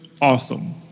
awesome